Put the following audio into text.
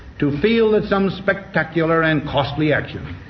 to feel that some spectacular and costly action.